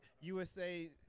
USA